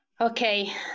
Okay